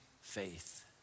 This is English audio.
faith